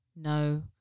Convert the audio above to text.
no